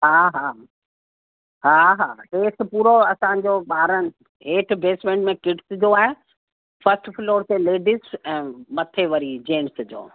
हा हा हा हा हेठि पूरो असांजो ॿारनि हेठि बेसमेंट में किड्स जो आहे फ़र्स्ट फ्लॉर ते लेडिस ऐं मथे वरी जेन्ट्स जो